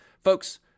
Folks